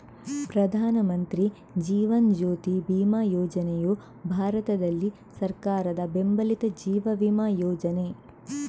ಪ್ರಧಾನ ಮಂತ್ರಿ ಜೀವನ್ ಜ್ಯೋತಿ ಬಿಮಾ ಯೋಜನೆಯು ಭಾರತದಲ್ಲಿ ಸರ್ಕಾರದ ಬೆಂಬಲಿತ ಜೀವ ವಿಮಾ ಯೋಜನೆ